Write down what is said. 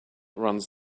runs